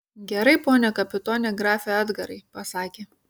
gerai pone kapitone grafe edgarai pasakė